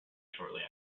shortly